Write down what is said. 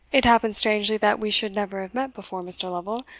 it happens strangely that we should never have met before, mr. lovel.